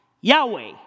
Yahweh